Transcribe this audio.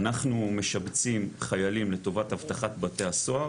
אנחנו משבצים חיילים לטובת אבטחת בתי הסוהר,